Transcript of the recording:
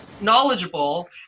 knowledgeable